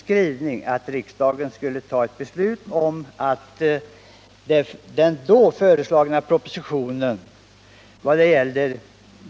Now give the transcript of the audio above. Utskottet föreslog att riksdagen skulle fatta ett beslut om lagstiftning om förbud mot automatspel.